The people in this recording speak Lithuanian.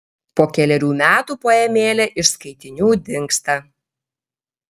po kelerių metų poemėlė iš skaitinių dingsta